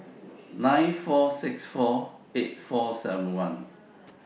nine four six four eight four seven one